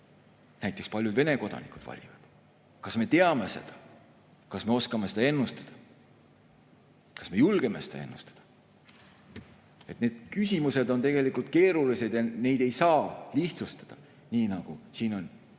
näiteks paljud Vene kodanikud valivad. Kas me teame seda? Kas me oskame seda ennustada? Kas me julgeme seda ennustada? Need küsimused on keerulised ja neid ei saa lihtsustada, nii nagu siin on